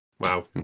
Wow